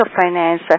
finance